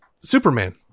Superman